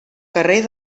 carrer